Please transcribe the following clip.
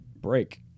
Break